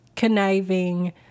conniving